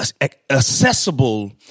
accessible